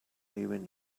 leaving